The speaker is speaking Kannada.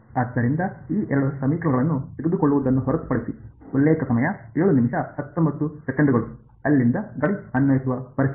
ಆದ್ದರಿಂದ ಆ ಎರಡು ಸಮೀಕರಣಗಳನ್ನು ತೆಗೆದುಕೊಳ್ಳುವುದನ್ನು ಹೊರತುಪಡಿಸಿ ಅಲ್ಲಿಂದ ಗಡಿ ಅನ್ವಯಿಸುವ ಸ್ಥಿತಿ